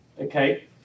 Okay